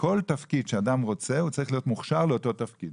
שאדם צריך להיות מוכשר לכל תפקיד שהוא רוצה.